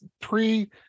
pre